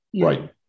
Right